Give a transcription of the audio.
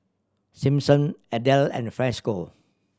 Simpson Adel and Franco